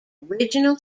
original